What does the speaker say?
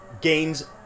gains